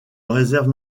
réserve